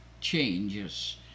changes